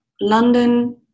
London